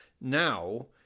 now